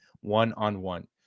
One-on-one